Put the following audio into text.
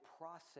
process